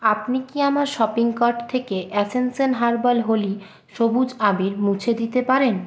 আপনি কি আমার আট কার্ট থেকে অ্যাসেনশন হার্বাল হোলি সবুজ আবীর মুছে দিতে পারেন